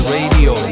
Radio